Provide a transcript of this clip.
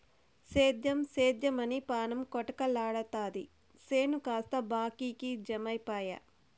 సేద్దెం సేద్దెమని పాణం కొటకలాడతాది చేను కాస్త బాకీకి జమైపాయె